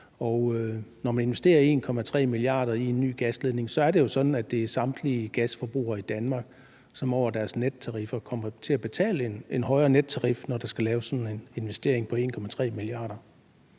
når man investerer 1,3 mia. kr. i en ny gasledning, er det jo sådan, at det er samtlige gasforbrugere i Danmark, som over deres nettariffer kommer til at betale en højere nettarif, når der skal laves sådan en investering på 1,3 mia. kr.